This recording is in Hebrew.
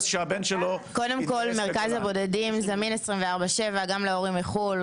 קודם כל מרכז הבודדים זמין 24/7 גם להורים מחו"ל,